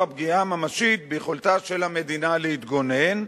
פגיעה ממשית ביכולתה של המדינה להתגונן,